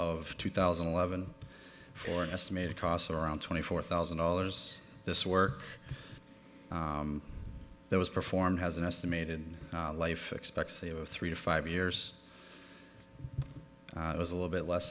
of two thousand and eleven for an estimated cost of around twenty four thousand dollars this work there was performed has an estimate in life expectancy of three to five years it was a little bit less